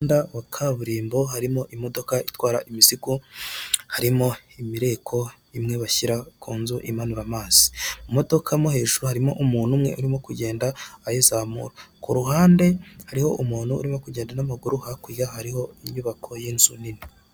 Mu muhanda wa kaburimbo harimo imodoka itwara imizigo harimo imireko imwe bashyira ku nzu imanura amazi, mu modoka mo hejuru, harimo umuntu umwe urimo kugenda ayizamura, ku ruhande hariho umuntu urimo kugenda n'amaguru, hakurya hariho inyubako y'inzu nini.